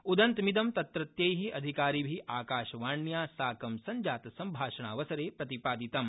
उदन्तमिदं तत्रत्यै अधिकारिभि आकाशवाण्या साकं संजात सम्भाषणावसरे प्रतिपादितम्